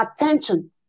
attention